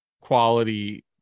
quality